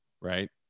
Right